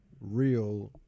real